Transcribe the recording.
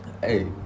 Hey